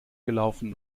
gelaufen